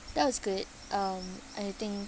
that was good um and I think